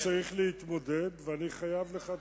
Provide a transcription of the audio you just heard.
ועם זה צריך להתמודד, ואני חייב לך,